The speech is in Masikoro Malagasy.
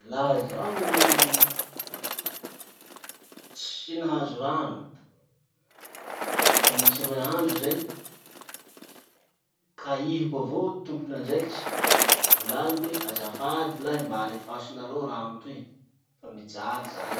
Laha zaho tsy nahazo rano fa misy roe andro zay, kaihiko avao tompon'andraikitry, volaniko hoe azafady lahy mba alefasonareo rano toy fa mijaly zahay.